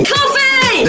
Coffee